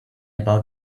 about